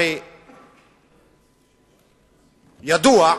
הרי ידוע,